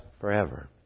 forever